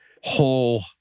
whole